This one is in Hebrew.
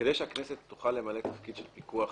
כדי שהכנסת תוכל למלא תפקיד של פיקוח